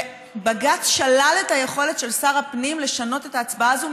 ובג"ץ שלל את היכולת של שר הפנים לשנות את ההצבעה הזאת,